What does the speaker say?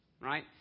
right